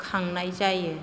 खांनाय जायो